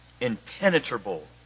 impenetrable